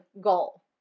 goal